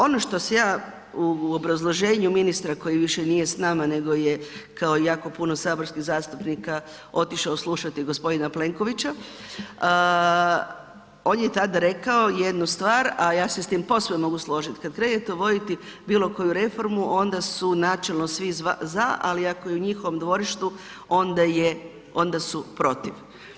Ono što se ja u obrazloženju ministra koji više nije s nama nego je kao jako puno saborskih zastupnika otišao slušati g. Plenkovića, on je tada rekao jednu stvar, a ja se s tim posve mogu složiti, kad krenete uvoditi bilo koju reformu, onda su načelno svi za, ali ako je u njihovom dvorištu, onda je, onda su protiv.